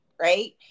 right